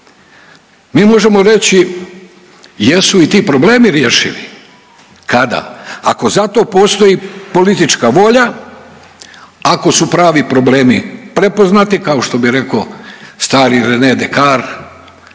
Mi možemo reći jesu li ti problemi rješivi. Kada? Ako za to postoji politička volja, ako su pravi problemi prepoznati kao što bi reko stari Rene Descartes